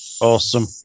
Awesome